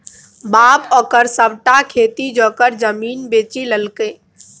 बाप ओकर सभटा खेती जोगर जमीन बेचि लेलकै